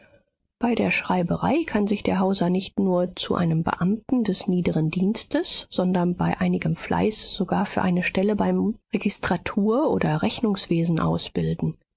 bei der schreiberei kann sich der hauser nicht nur zu einem beamten des niederen dienstes sondern bei einigem fleiß sogar für eine stelle beim registratur oder rechnungswesen ausbilden